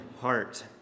heart